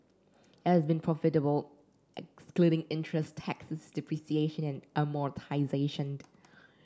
been profitable excluding interest taxes depreciation and amortisation